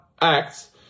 acts